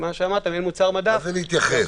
מעין מוצר מדף --- מה זה להתייחס?